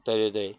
对对对